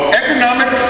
economic